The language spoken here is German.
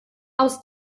aus